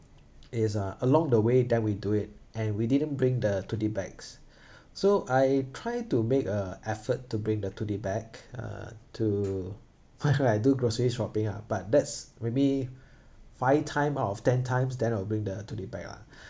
is uh along the way then we do it and we didn't bring the tote bags so I try to make a effort to bring the tote bag uh to I do grocery shopping lah but that's maybe five time out of ten times then I will bring the tote bag ah